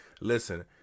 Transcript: Listen